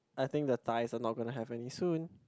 I think the Thais are not gonna have any soon